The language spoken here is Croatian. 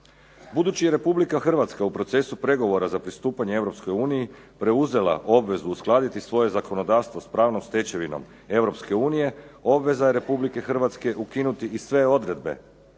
Budući je Republika Hrvatska u procesu pregovora za pristupanje Europskoj uniji preuzela obvezu uskladiti svoje zakonodavstvo s pravnom stečevinom Europske unije obveza je Republike Hrvatske ukinuti i sve odredbe